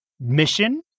mission